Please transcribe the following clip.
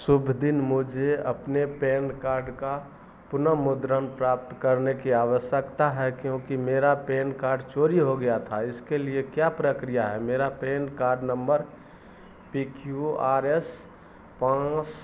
शुभ दिन मुझे अपने पैन कार्ड का पुनर्मुद्रण प्राप्त करने की आवश्यकता है क्योंकि मेरा पैन कार्ड चोरी हो गया था इसके लिए क्या प्रक्रिया है मेरा PAN card number P Q R S पन्द्रह सौ सरसठ आठ G P Q R S five सड़सठ एट जी है और यह बीस चौबीस तीन छह को जारी किया गया था